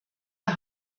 der